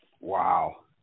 wow